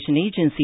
Agency